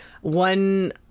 one